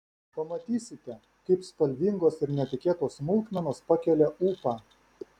pamatysite kaip spalvingos ir netikėtos smulkmenos pakelia ūpą